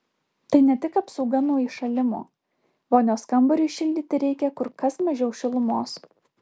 tai ne tik apsauga nuo įšalimo vonios kambariui šildyti reikia kur kas mažiau šilumos